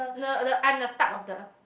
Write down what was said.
no no the I'm the start of the